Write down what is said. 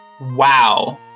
wow